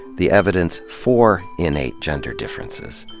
the evidence for innate gender differences.